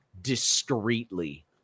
discreetly